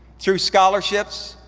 through scholarships,